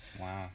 Wow